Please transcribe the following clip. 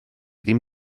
ddim